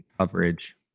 Coverage